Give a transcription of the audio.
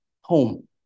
home